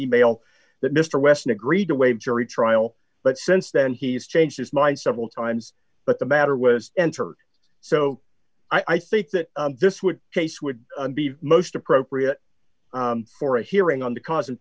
e mail that mr wesson agreed to waive jury trial but since then he's changed his mind several times but the matter was entered so i think that this would case would be most appropriate for a hearing on the caus